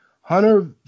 Hunter